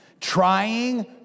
trying